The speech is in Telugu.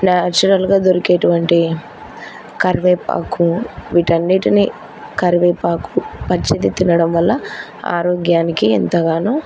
న్యాచురల్గా దొరికేటువంటి కరివేపాకు వీటన్నిటినీ కరివేపాకు పచ్చిది తినడం వల్ల ఆరోగ్యానికి ఎంతగానో